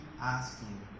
asking